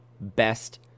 best